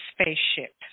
spaceship